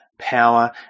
power